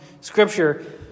Scripture